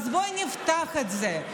אז בואו נפתח את זה.